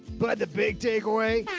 but the big takeaway.